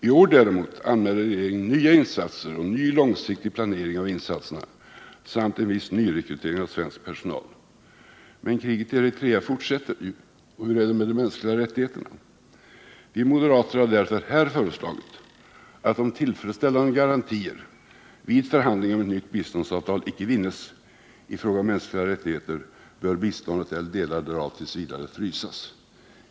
I år däremot anmäler regeringen nya insatser och ny långsiktig planering av insatserna samt en viss nyrekrytering av svensk personal. Men kriget i Eritrea fortsätter ju. Och hur är det med de mänskliga rättigheterna? Vi moderater har därför här föreslagit att om tillfredsställande garantier vid förhandlingar om nytt biståndsavtal icke vinnes i fråga om mänskliga rättigheter bör biståndet eller delar därav t. v. frysas.